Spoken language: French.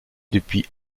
depuis